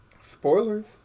Spoilers